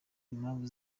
impamvu